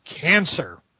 cancer